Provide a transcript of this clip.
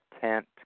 tent